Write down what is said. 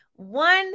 One